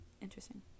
Interesting